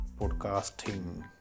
podcasting